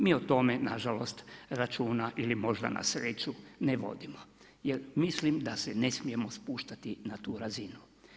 Mi o tome nažalost računa ili možda na sreću ne vodimo jer mislim da se ne smijemo spuštati na tu razinu.